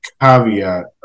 caveat